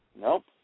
nope